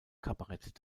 kabarett